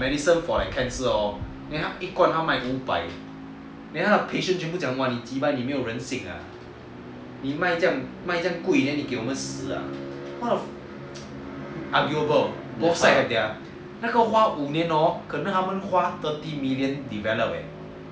medicine like err for cancer hor then 他一官他卖五百 then 他的 patients 全部 like !wah! 你 cheebye 你没有仁心啊你卖这样贵 then 你给我们死啊 arguable cause both sides 那个花五年 hor 可能他们花 thirteen million to develop eh